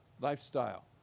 Lifestyle